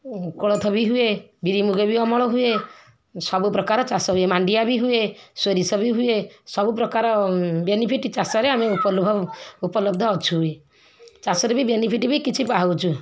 କୋଳଥ ବି ହୁଏ ବିରି ମୁଗେ ବି ଅମଳ ହୁଏ ସବୁପ୍ରକାର ଚାଷ ହୁଏ ମାଣ୍ଡିଆ ବି ହୁଏ ସୋରିଷ ବି ହୁଏ ସବୁପ୍ରକାର ବେନିଫିଟ୍ ଚାଷରେ ଆମେ ଉପଲବ୍ଧ ଅଛୁ ଚାଷରେ ବି ବେନିଫିଟ୍ ବି କିଛି ପାଉଛୁ